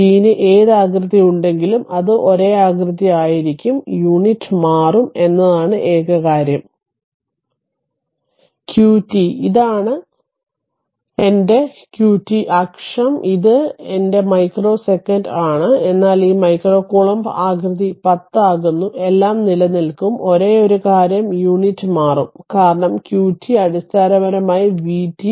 vt ന് ഏത് ആകൃതി ഉണ്ടെങ്കിലും അത് ഒരേ ആകൃതി ആയിരിക്കും യൂണിറ്റ് മാറും എന്നതാണ് ഏക കാര്യം qt ഇതാണ് എന്റെ qty അക്ഷം qt ഇത് എന്റെ t മൈക്രോ സെക്കന്റ് ആണ് എന്നാൽ ഈ മൈക്രോ കൂലോംബ് ആകൃതി 10 ആകുന്നു എല്ലാം നിലനിൽക്കും ഒരേയൊരു കാര്യം യൂണിറ്റ് മാറും കാരണം qt അടിസ്ഥാനപരമായി vt